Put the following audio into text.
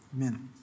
Amen